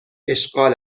اشغال